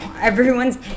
everyone's